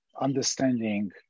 understanding